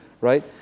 right